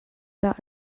that